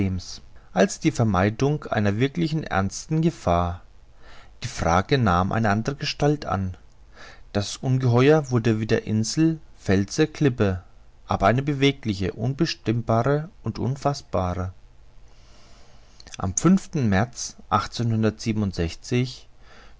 als die vermeidung einer wirklichen ernsten gefahr die frage nahm eine andere gestalt an das ungeheuer wurde wieder inselchen felsen klippe aber eine bewegliche unbestimmbare und unfaßbare am märz